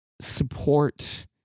support